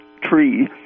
tree